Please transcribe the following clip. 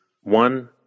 one